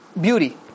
Beauty